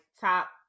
top